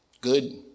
good